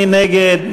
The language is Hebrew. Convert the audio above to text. מי נגד?